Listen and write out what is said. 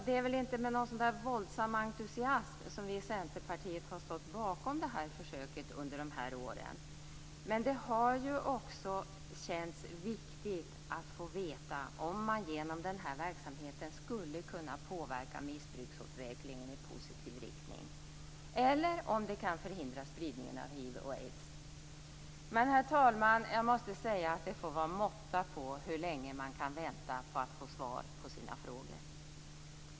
Det är inte med någon våldsam entusiasm som vi i Centerpartiet stått bakom försöket under de här åren. Det har också känts viktigt att få veta om man genom denna verksamhet skulle kunna påverka missbruksutvecklingen i positiv riktning eller om det kan förhindra spridningen av hiv och aids. Men jag måste säga, herr talman, att det får vara måtta på hur länge man skall vänta på svar på sina frågor.